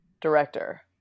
director